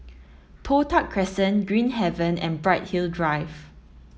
Toh Tuck Crescent Green Haven and Bright Hill Drive